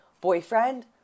boyfriend